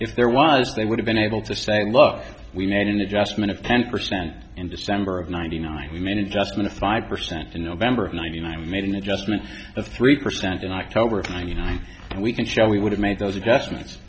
if there was they would have been able to say look we made an adjustment of ten percent in december of ninety nine minutes just in a five percent in november of ninety nine we made an adjustment of three percent in october of ninety nine we can show we would have made those adjustments